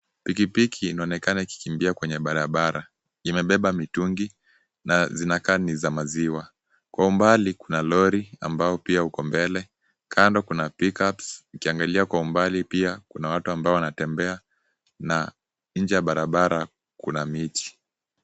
Pikipiki inaonekana ikikimbia kwenye barabara. Imebeba mitungi na zinakaa ni za maziwa. Kwa umbali ,kuna lori ambao pia uko mbele , kando kuna pickups . Ukiangalia kwa umbali pia, kuna watu ambao wanatembea na inje ya barabara ,kuna miti.